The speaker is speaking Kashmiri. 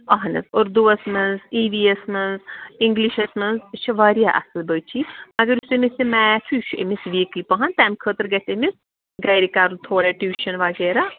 اَہن حظ اُردُوَس منٛز ایٖ وی ایَس منٛز اِنٛگلِشَس منٛز یہِ چھِ واریاہ اَصٕل بچی مگر یُس أمِس یہِ میتھ چھُ یہِ چھُ أمِس ویٖکی پَہن تَمہِ خٲطرٕ گژھِ أمِس گَرِ کَرُن تھوڑا ٹیوٗشَن وغیرہ